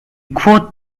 quote